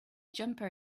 jumper